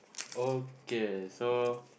okay so